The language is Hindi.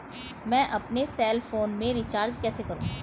मैं अपने सेल फोन में रिचार्ज कैसे करूँ?